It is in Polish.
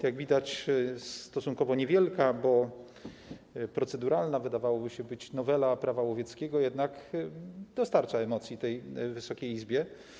Jak widać, stosunkowo niewielka, bo proceduralna, wydawałoby się, nowela Prawa łowieckiego jednak dostarcza emocji Wysokiej Izbie.